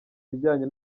ibijyanye